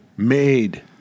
Made